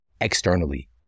externally